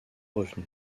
revenu